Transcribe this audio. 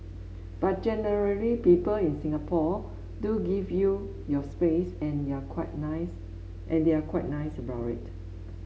but generally people in Singapore do give you your space and they're quite nice and they're quite nice about it